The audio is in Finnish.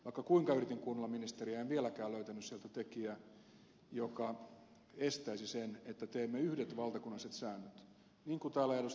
vaikka kuinka yritin kuunnella ministeriä en vieläkään löytänyt sieltä tekijää joka estäisi sen että teemme yhdet valtakunnalliset säännöt niin kuin täällä ed